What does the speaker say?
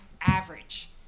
average